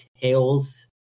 tales